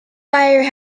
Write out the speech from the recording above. fire